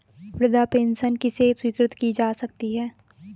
वृद्धावस्था पेंशन किसे स्वीकृत की जा सकती है?